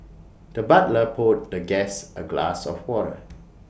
the butler poured the guest A glass of water